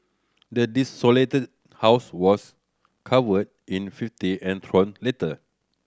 the desolated house was covered in fifty and torn letter